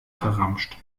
verramscht